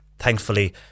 thankfully